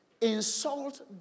Insult